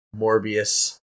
Morbius